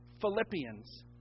Philippians